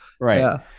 Right